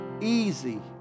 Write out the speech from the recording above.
easy